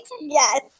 Yes